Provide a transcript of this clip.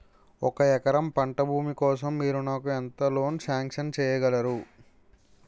ఒక ఎకరం పంట భూమి కోసం మీరు నాకు ఎంత లోన్ సాంక్షన్ చేయగలరు?